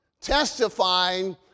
testifying